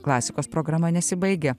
klasikos programa nesibaigia